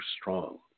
strong